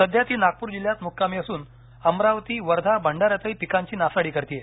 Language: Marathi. सध्या ती नागपूर जिल्ह्यात मुक्कामी असून अमरावती वर्धा भंडाऱ्यातही पिकांची नासाडी करते आहे